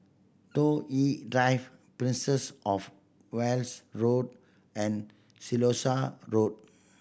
Toh Yi Drive Princess Of Wales Road and Siloso Road